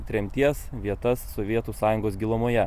tremties vietas sovietų sąjungos gilumoje